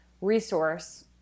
resource